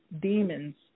demons